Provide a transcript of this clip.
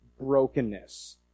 brokenness